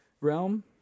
realm